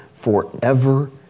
forever